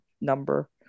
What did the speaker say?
number